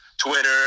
Twitter